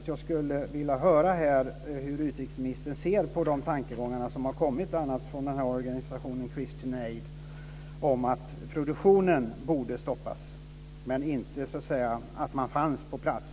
Jag skulle vilja höra hur utrikesministern ser på de tankegångar som har kommit från bl.a. organisationen Christian Aid om att produktionen borde stoppas men att man fanns på plats.